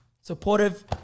Supportive